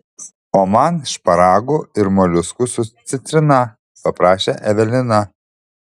o man šparagų ir moliuskų su citrina paprašė evelina